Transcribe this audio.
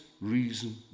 reason